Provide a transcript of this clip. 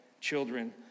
children